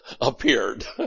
appeared